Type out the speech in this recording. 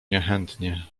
niechętnie